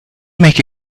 make